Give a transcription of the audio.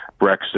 Brexit